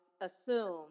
assume